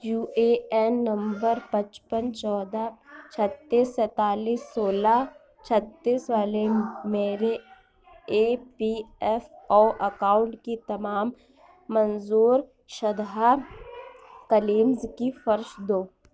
you A N نمبر پچپن چودہ چھتیس سینتالیس سولہ چھتیس والے میرے E P F O account کی تمام منظور شدہ کلیمز کی فرش دو